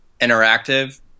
interactive